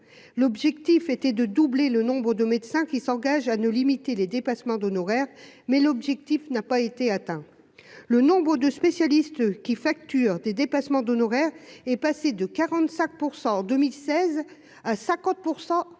l'objectif était de doubler le nombre de médecins qui s'engagent à nous limiter les dépassements d'honoraires, mais l'objectif n'a pas été atteint le nombre de spécialistes qui facturent des dépassements d'honoraires est passé de 45 % en 2016 à cinquante